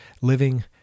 living